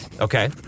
Okay